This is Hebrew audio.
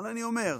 אבל אני אומר,